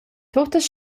tuttas